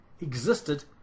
existed